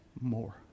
more